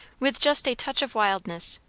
with just a touch of wildness,